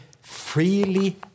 freely